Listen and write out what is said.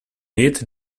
need